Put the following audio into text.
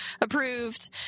approved